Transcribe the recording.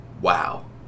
wow